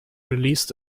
released